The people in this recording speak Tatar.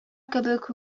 кебек